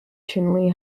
chinle